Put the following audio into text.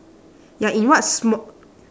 ya in what sm~